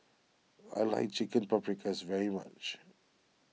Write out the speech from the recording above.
I like Chicken Paprikas very much